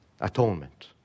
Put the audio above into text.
atonement